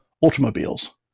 automobiles